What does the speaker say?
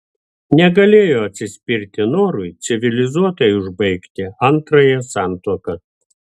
negalėjo atsispirti norui civilizuotai užbaigti antrąją santuoką